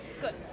Good